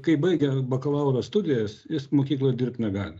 kai baigia bakalauro studijas is mokykloj dirbt negali